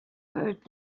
heard